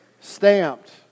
stamped